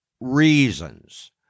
reasons